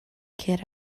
get